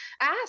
ask